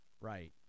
Right